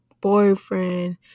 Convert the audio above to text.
boyfriend